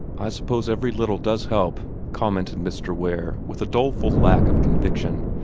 i suppose every little does help, commented mr. ware, with a doleful lack of conviction.